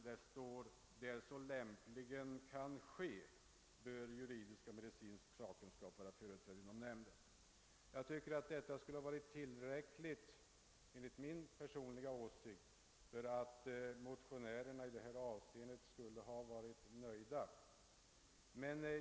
Det sägs nämligen: »Där så lämpligen kan ske, bör juridisk och medicinsk sakkunskap vara företrädd inom nämnden.« Detta borde enligt min åsikt vara tillräckligt för att göra motionärerna nöjda i detta avseende.